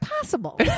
possible